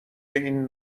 این